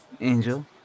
Angel